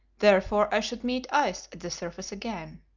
therefore i should meet ice at the surface again.